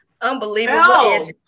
Unbelievable